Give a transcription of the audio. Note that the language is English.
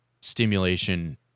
stimulation